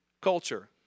culture